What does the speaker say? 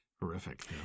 horrific